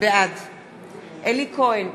בעד אלי כהן,